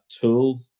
tool